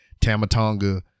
Tamatonga